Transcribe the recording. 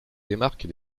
démarque